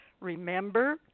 Remember